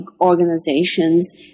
organizations